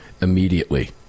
immediately